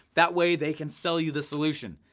that way they can sell you the solution.